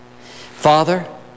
Father